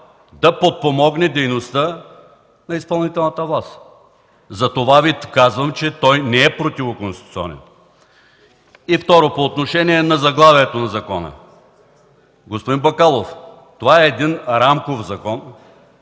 да подпомогне дейността на изпълнителната власт. Затова Ви казвам, че той не е противоконституционен. И второ, по отношение на заглавието на закона. Господин Бакалов, това е рамков Закон